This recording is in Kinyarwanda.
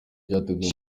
cyateguwe